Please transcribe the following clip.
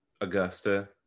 Augusta